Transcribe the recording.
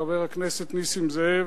חבר הכנסת נסים זאב,